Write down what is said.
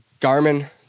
Garmin